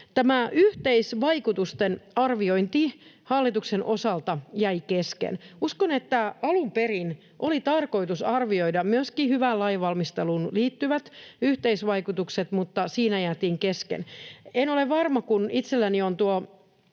Tämä yhteisvaikutusten arviointi hallituksen osalta jäi kesken. Uskon, että alun perin oli tarkoitus arvioida myöskin hyvään lainvalmisteluun liittyvät yhteisvaikutukset, mutta siinä jäätiin kesken. En ole varma, kun itselläni on tuo